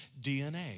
DNA